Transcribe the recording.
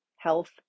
Health